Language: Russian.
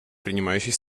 принимающей